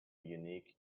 unique